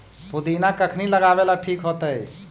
पुदिना कखिनी लगावेला ठिक होतइ?